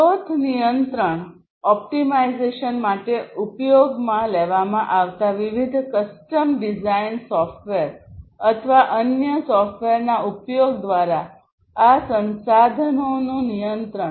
સ્રોત નિયંત્રણ ઓપ્ટિમાઇઝેશન માટે ઉપયોગમાં લેવામાં આવતા વિવિધ કસ્ટમ ડિઝાઇન સોફ્ટવેર અથવા અન્ય સોફ્ટવેરના ઉપયોગ દ્વારા આ સંસાધનોનું નિયંત્રણ